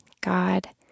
God